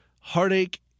heartache